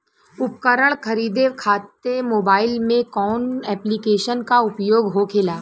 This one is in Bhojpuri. उपकरण खरीदे खाते मोबाइल में कौन ऐप्लिकेशन का उपयोग होखेला?